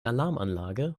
alarmanlage